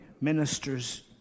ministers